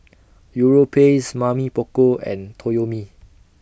Europace Mamy Poko and Toyomi